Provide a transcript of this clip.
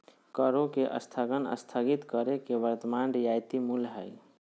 करों के स्थगन स्थगित कर के वर्तमान रियायती मूल्य हइ